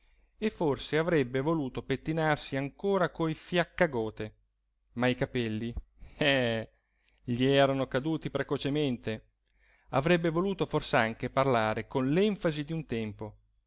e forse avrebbe voluto pettinarsi ancora coi fiaccagote ma i capelli eh gli erano caduti precocemente avrebbe voluto fors'anche parlare con l'enfasi d'un tempo